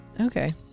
Okay